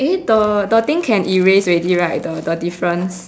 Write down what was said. eh the the thing can erase already right the the difference